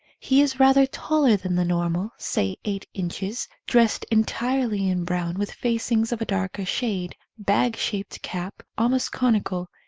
he is rather taller than the normal, say eight inches, dressed entirely in brown with facings of a darker shade, bag shaped cap, almost conical,